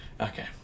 Okay